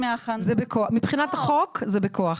מבחינת החוק זה בכוח.